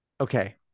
Okay